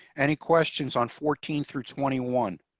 any questions on fourteen through twenty one